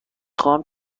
خواهم